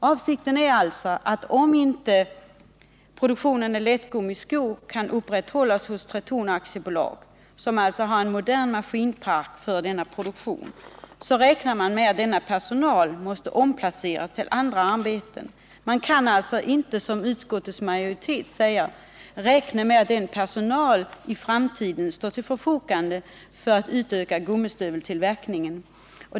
Avsikten är alltså att om inte produktionen av lättgummiskor kan upprätthållas hos Tretorn AB, som alltså har en modern maskinpark för denna produktion, räknar man med att denna personal måste omplaceras i andra arbeten. Man kan alltså inte som utskottets majoritet räkna med att den personalen i framtiden står till förfogande för att utöka gummistöveltillverkningen.